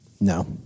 no